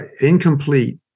incomplete